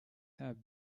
have